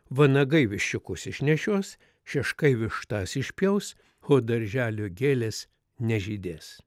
vanagai viščiukus išnešios šeškai vištas išpjaus o darželio gėlės nežydės